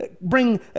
bring